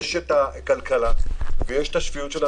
יש כלכלה ויש את השפיות של האנשים.